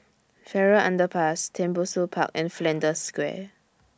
Farrer Underpass Tembusu Park and Flanders Square